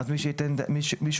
מי שיפקח על הבנקים